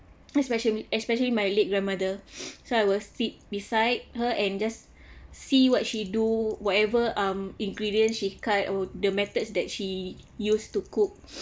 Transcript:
especially especially my late grandmother so I will seat beside her and just see what she do whatever um ingredients she cut or the methods that she used to cook